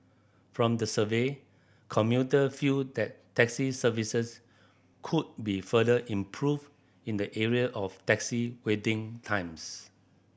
from the survey commuter feel that taxi services could be further improved in the area of taxi waiting times